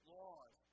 laws